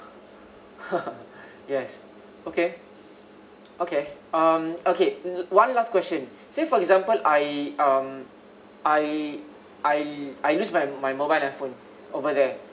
yes okay okay um okay one last question say for example I um I I I use my my mobile handphone over there